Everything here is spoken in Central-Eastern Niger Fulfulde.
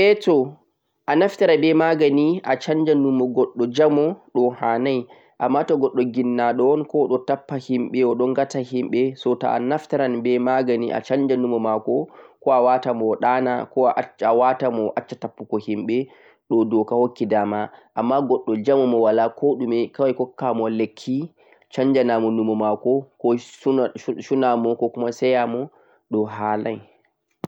Ae to anaftira be magani ngam sanjugo numo goɗɗo jamo nii ɗo hanai amma to goɗɗo mai nyauɗo'on ɗo wala aibe